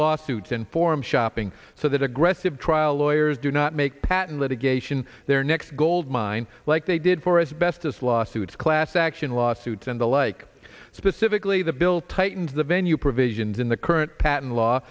lawsuits and forum shopping so that aggressive trial lawyers do not make patent litigation their next goldmine like they did for us bestest lawsuits class action lawsuits and the like specifically the bill tightens the venue provisions in the current patent law